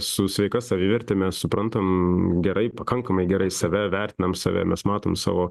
su sveika saviverte mes suprantam gerai pakankamai gerai save vertinam save mes matom savo